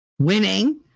winning